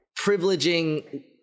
privileging